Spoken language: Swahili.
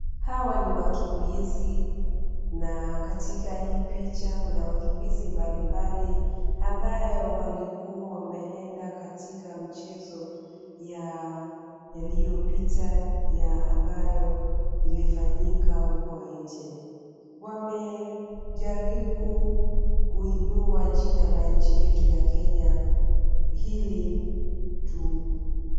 Hawa ni wakimbizi na katika hii picha kuna wakimbizi mbalimbali ambao walikua wameenda katika mchezo yaliyopita ya ambayo ilifanyika huko nje. Wamejaribu kuinua jina la nchi yetu ya Kenya hili tu.